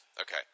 Okay